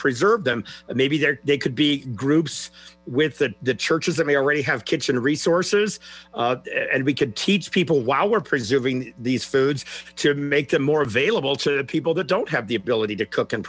preserve them maybe there could be groups with the churches that may already have kitchen resources and we could teach people while we're preserving these foods to make them more available to people that don't have the ability to cook and